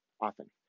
often